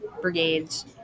brigades